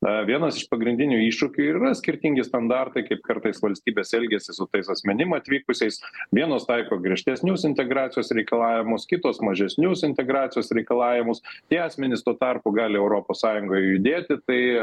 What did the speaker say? na vienas iš pagrindinių iššūkių yra skirtingi standartai kaip kartais valstybės elgiasi su tais asmenim atvykusiais vienos taiko griežtesnius integracijos reikalavimus kitos mažesnius integracijos reikalavimus tie asmenys tuo tarpu gali europos sąjungoje judėti tai